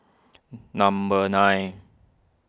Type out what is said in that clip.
number nine